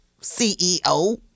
CEO